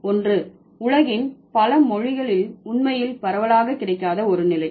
ஒன்று உலகின் பலமொழிகளில் உண்மையில் பரவலாக கிடைக்காத ஒருநிலை